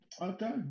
Okay